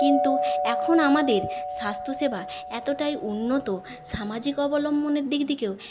কিন্তু এখন আমাদের স্বাস্থ্যসেবা এতটাই উন্নত সামাজিক অবলম্বনের দিক থেকেও